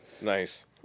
Nice